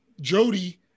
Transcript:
Jody